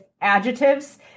adjectives